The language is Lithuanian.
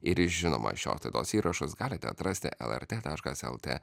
ir žinoma šios laidos įrašus galite atrasti lrt taškas lt